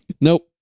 Nope